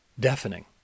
Deafening